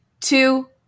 two